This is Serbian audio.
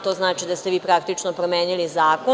To znači da ste vi praktično promenili zakon.